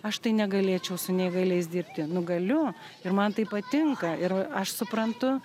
aš tai negalėčiau su neįgaliais dirbti nu galiu ir man tai patinka ir v aš suprantu